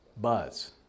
buzz